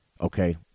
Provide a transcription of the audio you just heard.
okay